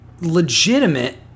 legitimate